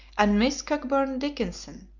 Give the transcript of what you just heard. and miss cockburn dickinson,